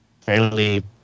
fairly